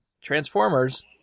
Transformers